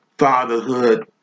Fatherhood